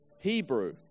hebrew